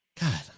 God